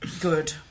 Good